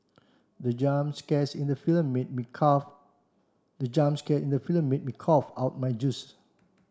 the jump scare in the film made me the jump scare in the film made me cough out my juice